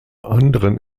anderen